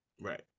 Right